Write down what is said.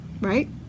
right